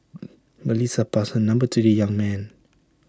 Melissa passed her number to the young man